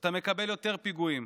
אתה מקבל יותר פיגועים,